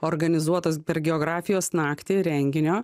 organizuotas per geografijos naktį renginio